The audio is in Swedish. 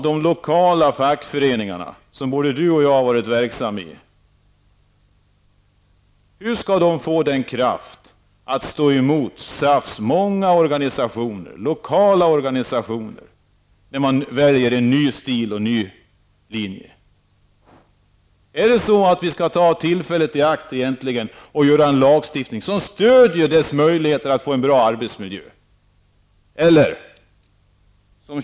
Kjell Nilsson och jag har varit verksamma i, få den kraft som krävs för att man skall kunna stå emot SAFs många lokala organisationer, när de nu väljer en ny stil och en ny linje? Skall vi ta tillfället i akt och införa en lagstiftning som stärker möjligheterna att få en bra arbetsmiljö?